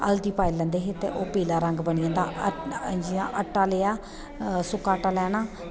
हल्दी पाई लैंदे हे ते ओह् पीला रंग बनी जंदा हा जियां आटा लैआ सुक्का आटा लैना